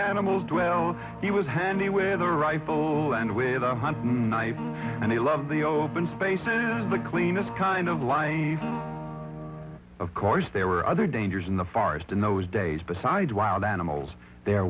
animals dwell he was handy with a rifle and with a hunting knife and they love the open spaces the cleanest kind of life of course there were other dangers in the far east in those days besides wild animals there